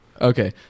Okay